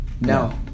No